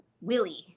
Willie